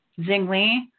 Zingli